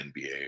NBA